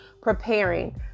preparing